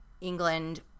England